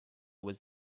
was